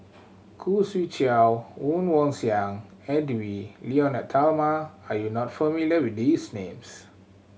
Khoo Swee Chiow Woon Wah Siang Edwy Lyonet Talma are you not familiar with these names